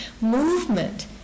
movement